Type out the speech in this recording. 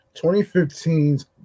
2015's